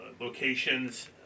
locations